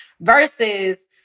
versus